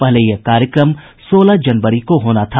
पहले यह कार्यक्रम सोलह जनवरी को होना था